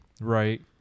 right